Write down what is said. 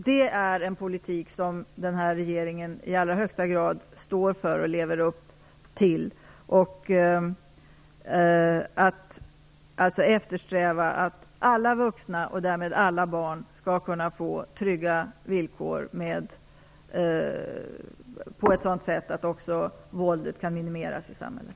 Den politik som den här regeringen i allra högsta grad står för och lever upp till är att eftersträva att alla vuxna och därmed alla barn skall kunna få trygga villkor på ett sådant sätt att också våldet kan minimeras i samhället.